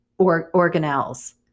organelles